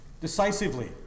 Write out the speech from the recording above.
decisively